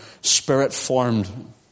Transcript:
spirit-formed